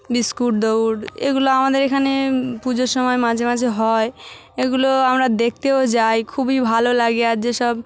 biscuit দৌড় এগুলো আমাদের এখানে পুজোর সময় মাঝে মাঝে হয় এগুলো আমরা দেখতেও যাই খুবই ভালো লাগে আর যে সব